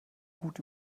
gut